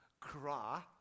cry